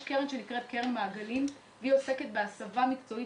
קרן שנקראת "קרן מעגלים" שעוסקת בהסבה מקצועית.